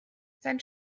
sein